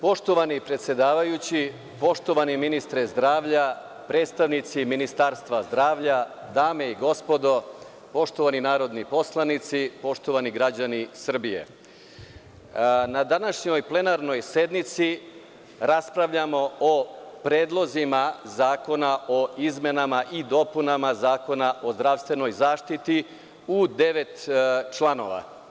Poštovani predsedavajući, poštovani ministre zdravlja, predstavnici Ministarstva zdravlja, dame i gospodo, poštovani narodni poslanici, poštovani građani Srbije, na današnjoj plenarnoj sednici raspravljamo o predlozima Zakona o izmenama i dopunama Zakona o zdravstvenoj zaštiti u devet članova.